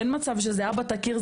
אין מצב שזה אבא תכיר,